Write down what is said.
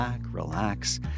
relax